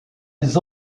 les